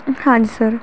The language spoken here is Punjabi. ਹਾਂਜੀ ਸਰ